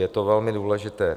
Je to velmi důležité.